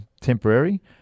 temporary